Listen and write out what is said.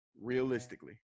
Realistically